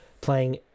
playing